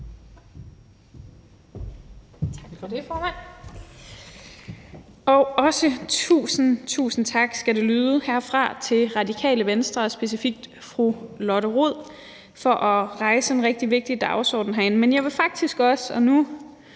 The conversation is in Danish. Tak for det, formand. Og også tusind tak til Radikale Venstre og specifikt fru Lotte Rod for at rejse en rigtig vigtig dagsorden herinde.